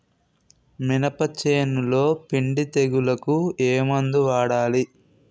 మినప చేనులో పిండి తెగులుకు ఏమందు వాడాలి?